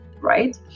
right